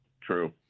True